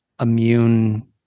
immune